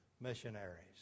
missionaries